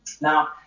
Now